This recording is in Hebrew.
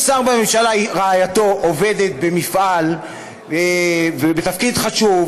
אם שר בממשלה, רעייתו עובדת במפעל בתפקיד חשוב,